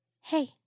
Hey